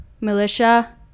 militia